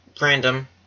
random